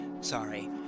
Sorry